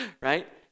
right